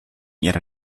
ihrer